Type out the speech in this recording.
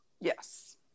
yes